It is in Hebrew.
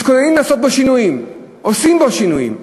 מתכוננים לעשות בו שינויים, עושים בו שינויים.